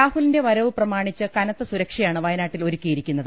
രാഹുലിന്റെ വരവ് പ്രമാണിച്ച് കനത്ത സുരക്ഷയാണ് വയനാട്ടിൽ ഒരു ക്കിയിരിക്കുന്നത്